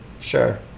Sure